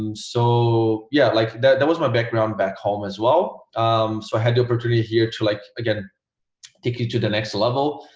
um so yeah like that was my background back home as well so i had the opportunity here to like again take you to the next level